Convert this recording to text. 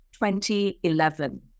2011